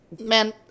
Man